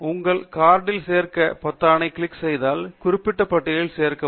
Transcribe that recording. உங்கள் கார்டில் சேர்க்க பொத்தானைக் கிளிக் செய்தால் குறியிடப்பட்ட பட்டியலில் சேர்க்கவும்